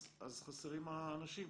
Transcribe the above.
אז חסרים האנשים.